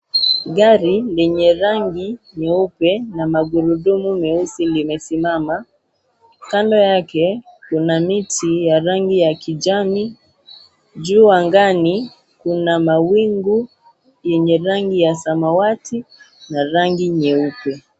Gari lenye rangi nyeupe na magurudumu meusi limesimama . Kando yake kuna miti ya rangi ya kijani ,juu angani kuna mawingu yenye rangi ya samawati na rangi nyeupe.